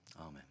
Amen